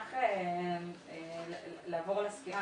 נשמח לעבור לסקירה.